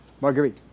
Marguerite